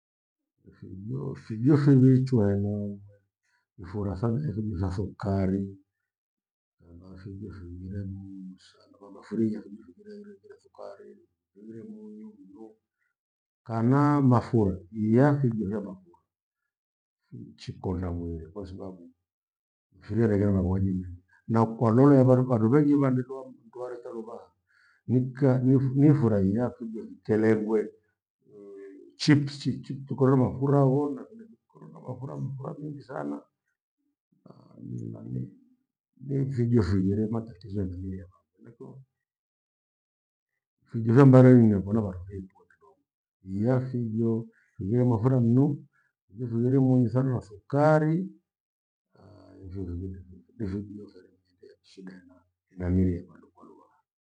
Fijo- fijo phiwichwana hena uwere ifura thana ethuji za thukari, kana fijo fighine ni munyu sana. Vamba furia ethu fujifunghire ire ire thukari, highire munyu hio kana mafura iathi kwivia mafura. Fichikonda mwiri kwa thababu mfiri hareghira mauaji mengi na ukwalolea vandu, vandu vengi vandelwaa mndwa reta luphaha. Nika- nifurahiya fijo fitelengwe chipsi chitokoro mafura woo na vene vikikorora maphura mndu ajengi sana naa- ninani ni fijo fighire matatizo ena miri ya vandu. Henachio fijo vya mbareyo nnephona phandu veipotigou iya fijo fighire mafura mnu, phithughire munyu sana na thukari naa hivo ndivo nifu- nifuvyalenda shida hena miri ya vandu kwa luphaha